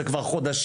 זה כבר חודשים,